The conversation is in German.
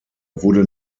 wurde